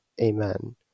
Amen